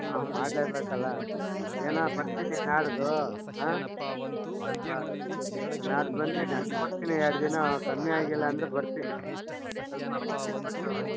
ಹಾಂ ಮಾಡಲೇಬೇಕಲ್ಲ ಏನೋ ಬರ್ತೀನಿ ನಾಡಿದ್ದು ಆಂ ಸ್ವಲ್ಪ ನಾಡ್ದು ಬಂದು ನೋಡ್ತೀನಿ ಎರಡು ದಿನ ಕಮ್ಮಿ ಆಗಿಲ್ಲ ಅಂದರೆ ಬರ್ತೀನಿ ಸ್ವಲ್ಪ ಔಷಧಿ ಕೊಟ್ಟು